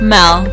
Mel